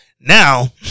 Now